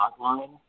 hotline